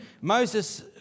Moses